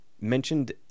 mentioned